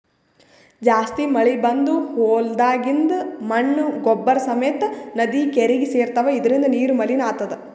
ಜಾಸ್ತಿ ಮಳಿ ಬಂದ್ ಹೊಲ್ದಾಗಿಂದ್ ಮಣ್ಣ್ ಗೊಬ್ಬರ್ ಸಮೇತ್ ನದಿ ಕೆರೀಗಿ ಸೇರ್ತವ್ ಇದರಿಂದ ನೀರು ಮಲಿನ್ ಆತದ್